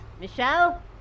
Michelle